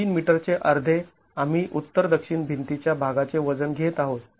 ३ मीटरचे अर्धे आम्ही उत्तर दक्षिण भिंतीच्या भागाचे वजन घेत आहोत